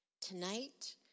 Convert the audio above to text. Tonight